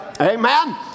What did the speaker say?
Amen